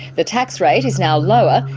the tax rate is now lower.